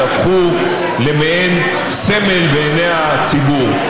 שהפכו למעין סמל בעיני הציבור.